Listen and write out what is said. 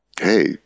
hey